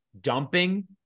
Dumping